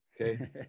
Okay